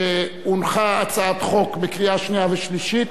שהונחה הצעת חוק לקריאה שנייה ושלישית